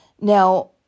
Now